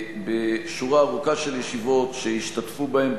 בשורה ארוכה של ישיבות שהשתתפו בהן,